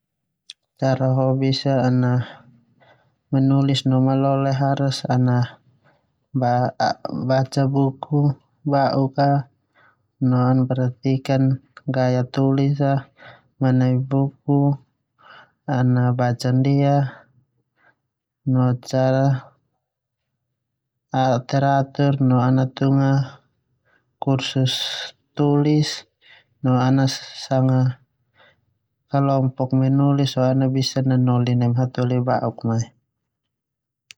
Cara ho bisa menulis no malole harus membaca buku ba'uk no perhatikan gaya tulis manai buku ana baca ndia. Menulis no teratur no ana tunga kursus menulis. no ana sanga grup menulis ho ana bisa nanoli ba'uk a.